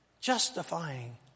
Justifying